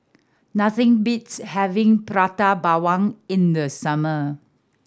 nothing beats having Prata Bawang in the summer